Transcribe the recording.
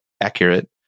accurate